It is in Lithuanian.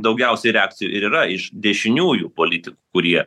daugiausiai reakcijų yra iš dešiniųjų politikų kurie